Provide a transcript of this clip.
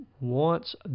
wants